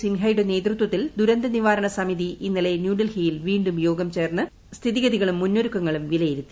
സിൻഹയുടെ നേതൃത്വത്തിൽ ദുരന്ത നിവാരണ സമിതി ഇന്നലെ ന്യൂഡൽഹിയിൽ വീണ്ടും യോഗം ചേർന്ന് സ്ഥിതിഗതികളും മുന്നൊരുക്കങ്ങളും വിലയിരുത്തി